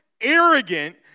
arrogant